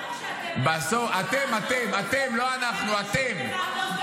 למה כשאתם --- אתם, אתם, אתם, לא אנחנו, אתם.